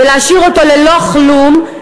ולהשאיר אותו ללא כלום,